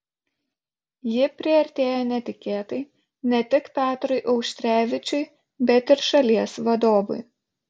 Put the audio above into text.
ji priartėjo netikėtai ne tik petrui auštrevičiui bet ir šalies vadovui